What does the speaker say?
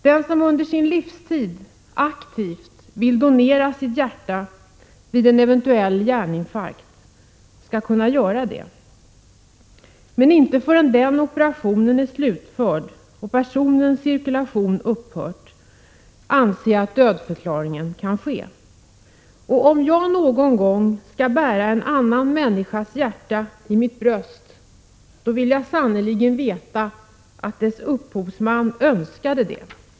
Den som under sin livstid aktivt vill donera t.ex. sitt hjärta vid en eventuell hjärninfarkt skall kunna göra det. Men inte förrän den operationen är slutförd och personens cirkulation upphört anser jag dödförklaringen kan ske. Om jag någon gång skall bära en annan människas hjärta i mitt bröst, då vill jag sannerligen veta att dess ursprunglige innehavare önskade det!